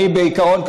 בעיקרון,